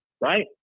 right